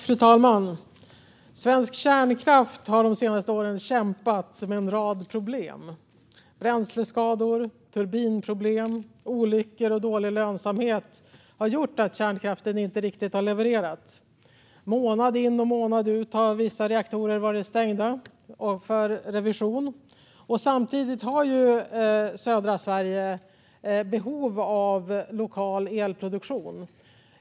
Fru talman! Svensk kärnkraft har de senaste åren kämpat med en rad problem. Bränsleskador, turbinproblem, olyckor och dålig lönsamhet har gjort att kärnkraften inte riktigt har levererat. Månad ut och månad in har vissa reaktorer varit stängda för revision, och samtidigt har södra Sverige behov av lokal elproduktion.